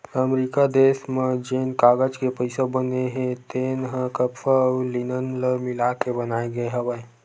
अमरिका देस म जेन कागज के पइसा बने हे तेन ह कपसा अउ लिनन ल मिलाके बनाए गे हवय